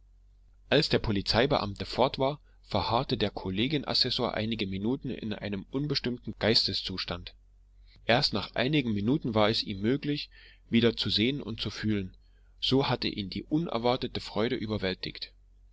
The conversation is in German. als der polizeibeamte fort war verharrte der kollegien assessor einige minuten in einem unbestimmten geisteszustand erst nach einigen minuten war es ihm möglich wieder zu sehen und zu fühlen so hatte ihn die unerwartete freude überwältigt